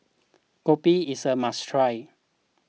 Kopi is a must try